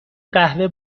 قهوه